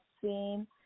seen